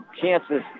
chances